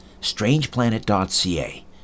strangeplanet.ca